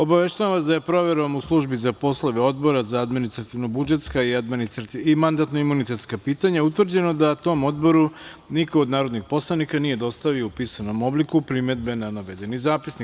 Obaveštavam vas da je proverom u Službi za poslove Odbora za administrativno-budžetska i mandatno-imunitetska pitanja utvrđeno da tom Odboru niko od narodnih poslanika nije dostavio u pisanom obliku primedbe na navedeni Zapisnik.